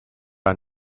are